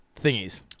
thingies